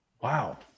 Wow